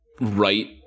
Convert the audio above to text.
right-